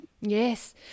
Yes